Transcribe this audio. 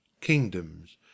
kingdoms